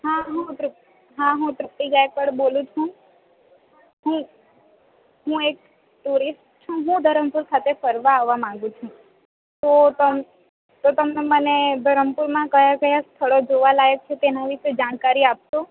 હાં હું તૃપ્તિ ગાયકવાડ બોલું છું હું હું એક ટુરિસ્ટ છું હું ધરમપુર ખાતે ફરવા આવવા માંગુ છું તો તમ તો તમે મને ધરમપૂરમાં કયા કયા સ્થળો જોવાલાયક છે તેના વિશે જાણકારી આપશો